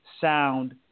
sound